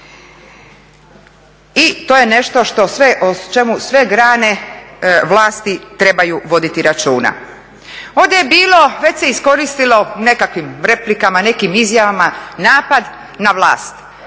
I to je nešto što sve, o čemu sve grane vlasti trebaju voditi računa. Ovdje je bilo, već se iskoristilo nekakvim replikama, nekim izjavama napad na vlast.